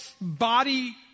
body